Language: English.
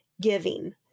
giving